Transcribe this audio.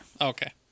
okay